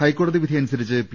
ഹൈക്കോടതി വിധി അനുസരിച്ച് പി